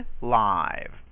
live